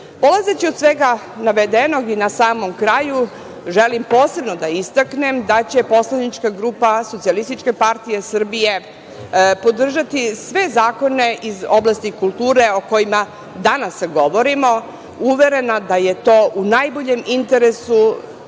od svega navedenog i na samom kraju, želim posebno da istaknem da će poslanička grupa SPS podržati sve zakone iz oblasti kulture o kojima danas govorimo, uverena da je to u najboljem interesu